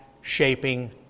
shaping